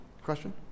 Question